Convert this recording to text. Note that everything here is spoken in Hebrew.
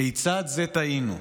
// כיצד זה תעינו?